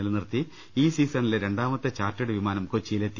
നിലനിർത്തി ഈ സീസണിലെ രണ്ടാമത്തെ ചാർട്ടേഡ് വിമാനം കൊച്ചിയിൽ എത്തി